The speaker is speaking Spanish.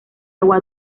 agua